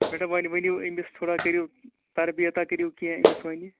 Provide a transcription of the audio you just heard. madam وۅنۍ ؤنِوٗ أمِس تھوڑا کٔرِیو تربیٖتاہ کٔرِیو کیٚنٛہہ أمِس وۅنی